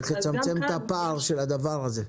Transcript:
צריך לצמצם את הפער של הדבר הזה.